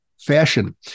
Fashion